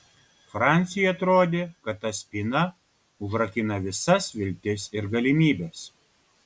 franciui atrodė kad ta spyna užrakina visas viltis ir galimybes